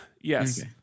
Yes